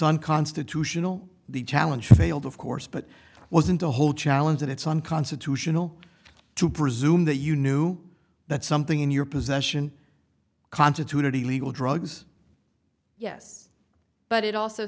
unconstitutional the challenge failed of course but wasn't the whole challenge that it's unconstitutional to presume that you knew that something in your possession constituted illegal drugs yes but it also